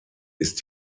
ist